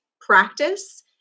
practice